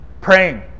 praying